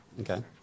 Okay